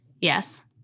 Yes